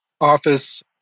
office